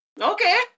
Okay